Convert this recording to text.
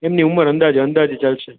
એમની ઉમર અંદાજે અંદાજે ચાલશે